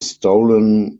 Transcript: stolen